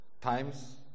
times